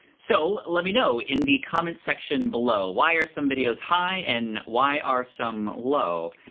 so let me know in the comments section below why are some videos high and why are some low.